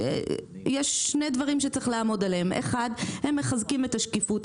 יש שני דברים שצריך לעמוד עליהם: 1. הם מחזקים את השקיפות,